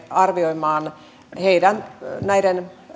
arvioimaan näiden heidän